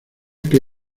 que